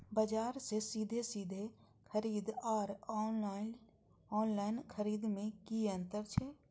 बजार से सीधे सीधे खरीद आर ऑनलाइन खरीद में की अंतर छै?